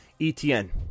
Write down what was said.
ETN